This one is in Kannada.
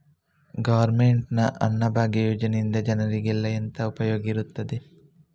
ಗವರ್ನಮೆಂಟ್ ನ ಅನ್ನಭಾಗ್ಯ ಯೋಜನೆಯಿಂದ ಜನರಿಗೆಲ್ಲ ಎಂತ ಉಪಯೋಗ ಇರ್ತದೆ?